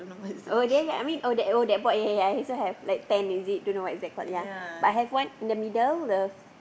oh there ya I mean oh there the arrow that board ya ya ya I also have like ten is it don't know but I have one in the middle the